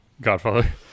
Godfather